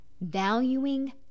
valuing